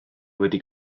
wedi